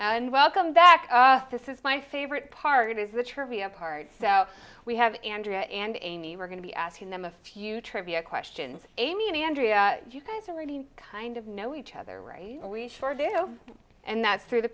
and welcome back this is my favorite part is the trivia part so we have andrea and amy we're going to be asking them a few trivia questions amy and andrea you guys already kind of know each other we sure do know and that's through t